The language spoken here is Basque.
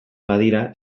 badira